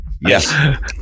yes